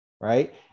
right